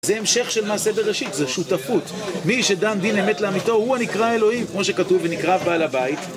זה המשך של מעשה בראשית, זו שותפות, מי שדן דין אמת לאמיתו הוא הנקרא האלוהים, כמו שכתוב, ונקרב בעל הבית.